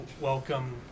welcome